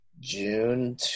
June